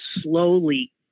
slowly